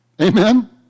Amen